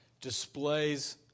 displays